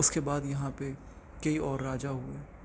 اس کے بعد یہاں پہ کئی اور راجا ہوئے